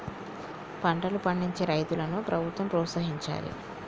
పంటలు పండించే రైతులను ప్రభుత్వం ప్రోత్సహించాలి